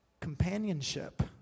Companionship